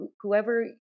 whoever